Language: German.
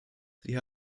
sie